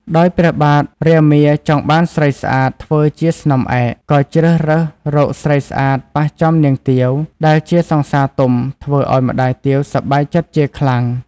ដោយព្រះបាទរាមាចង់បានស្រីស្អាតធ្វើជាស្នំឯក ក៏ជ្រើសរើសរកស្រីស្អាតប៉ះចំនាងទាវដែលជាសង្សារទុំធ្វើឲ្យម្តាយទាវសប្បាយចិត្តជាខ្លាំង។